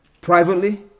privately